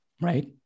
right